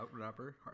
rapper